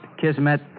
kismet